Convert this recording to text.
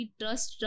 trust